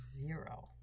zero